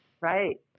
right